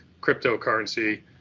cryptocurrency